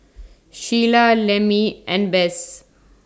Sheila Lemmie and Bess